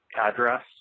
address